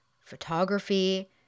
photography